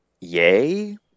yay